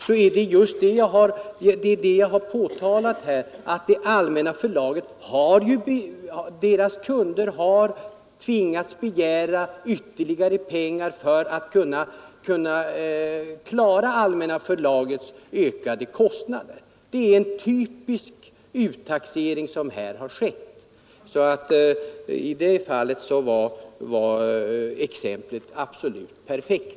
Men jag har just påtalat att Allmänna förlagets kunder har tvingats begära ytterligare pengar för att kunna klara de ökade kostnaderna. Det är en typisk uttaxering som här har skett. I det fallet var exemplet absolut perfekt.